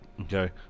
Okay